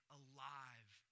alive